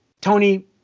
Tony